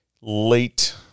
late